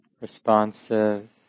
responsive